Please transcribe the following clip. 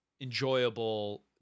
enjoyable